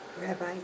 Rabbi